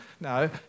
No